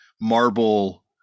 marble